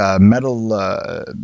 metal